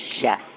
Yes